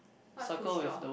what push door